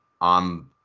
on